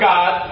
God